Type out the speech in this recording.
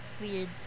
weird